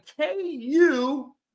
KU